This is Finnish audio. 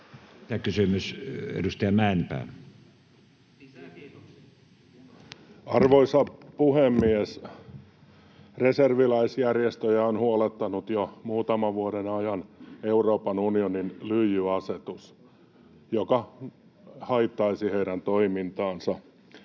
Time: 16:19 Content: Arvoisa puhemies! Reserviläisjärjestöjä on huolettanut jo muutaman vuoden ajan Euroopan unionin lyijyasetus, joka haittaisi heidän toimintaansa.